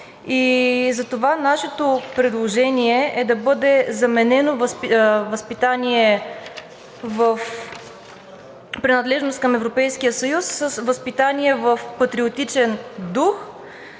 и затова нашето предложение е да бъде заменено „възпитание в принадлежност към Европейския съюз“ с „възпитание в патриотичен дух“.